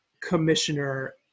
commissioner